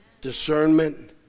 discernment